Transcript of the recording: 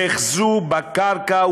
נאחזו בקרקע,